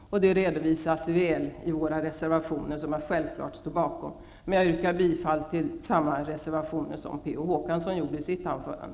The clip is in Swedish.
Det redovisas väl i våra reservationer som jag självklart står bakom. Men jag yrkar bifall till samma reservationer som Per Olof Håkansson gjorde i sitt anförande.